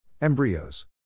Embryos